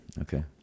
Okay